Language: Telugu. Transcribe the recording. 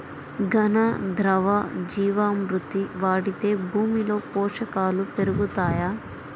ఘన, ద్రవ జీవా మృతి వాడితే భూమిలో పోషకాలు పెరుగుతాయా?